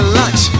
lunch